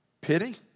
pity